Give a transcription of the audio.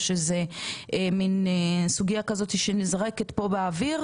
או שזה מן סוגיה כזו שנזרקת פה באוויר,